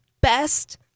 best